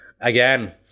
Again